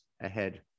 ahead